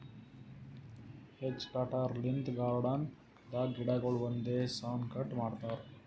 hedge cutter length garden ದಾಗ್ ಗಿಡಗೊಳ್ ಒಂದೇ ಸೌನ್ ಕಟ್ ಮಾಡ್ತಾರಾ